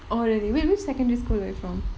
oh really wait which secondary school are you from